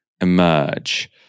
emerge